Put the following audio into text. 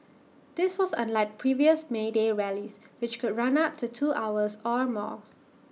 this was unlike previous may day rallies which could run up to two hours or more